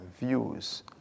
views